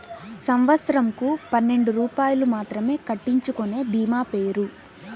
సంవత్సరంకు పన్నెండు రూపాయలు మాత్రమే కట్టించుకొనే భీమా పేరు?